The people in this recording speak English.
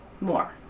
more